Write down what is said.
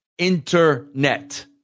internet